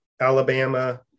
Alabama